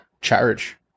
charge